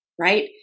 Right